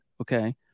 okay